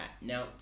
Now